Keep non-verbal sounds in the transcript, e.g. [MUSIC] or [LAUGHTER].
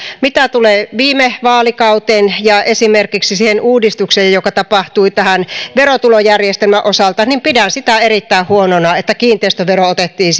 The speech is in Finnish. mitä tulee viime vaalikauteen ja esimerkiksi siihen uudistukseen joka tapahtui tämän verotulojärjestelmän osalta niin pidän sitä erittäin huonona että kiinteistövero otettiin [UNINTELLIGIBLE]